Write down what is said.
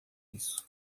isso